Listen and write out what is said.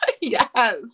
yes